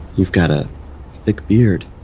you've got a thick beard